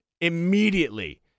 immediately